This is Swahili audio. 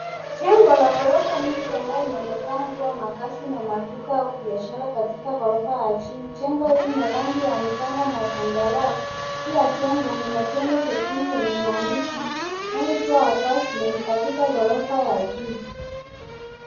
Jengo la ghorofa nyingi ambalo linaonekana kua makasi na maduka au biashara katika ghorofa ya chini, jengo inarangi ya mchanga na zambarau, juu ya jengo kuna bango jekundu lenye maandishi M4 Apartment katika ghorofa ya juu.